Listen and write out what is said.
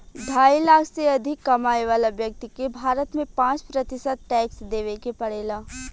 ढाई लाख से अधिक कमाए वाला व्यक्ति के भारत में पाँच प्रतिशत टैक्स देवे के पड़ेला